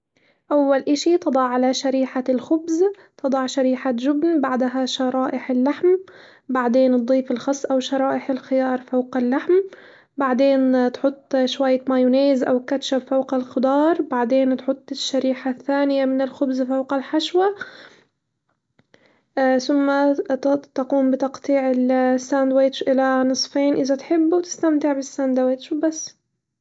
أول إشي تضع على شريحة الخبز تضع شريحة جبن بعدها شرائح اللحم، بعدين تضيف الخس أو شرائح الخيار فوق اللحم بعدين تحط شوية مايونيز أو كاتشب فوق الخضار بعدين تحط الشريحة الثانية من الخبز فوق الحشوة، ثم ت- تقوم بتقطيع الساندوتش إلي نصفين إذا تحب وتستمتع بالسندوتش بس.